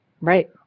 Right